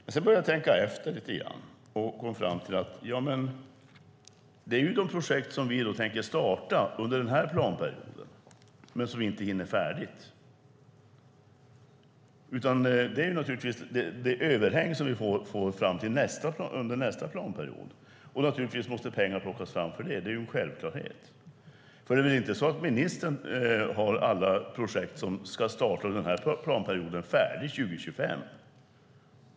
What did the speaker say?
Men sedan började jag tänka efter, och jag kom fram till att det är de projekt som vi tänker starta under denna planperiod men inte hinner göra färdiga. Det är det överhäng som vi får under nästa planperiod, och pengar måste naturligtvis plockas fram för det. Det är en självklarhet. Det är väl inte så att ministern har alla projekt som ska startas under denna planperiod färdiga 2025?